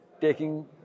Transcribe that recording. taking